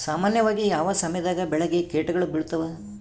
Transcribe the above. ಸಾಮಾನ್ಯವಾಗಿ ಯಾವ ಸಮಯದಾಗ ಬೆಳೆಗೆ ಕೇಟಗಳು ಬೇಳುತ್ತವೆ?